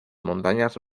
montañas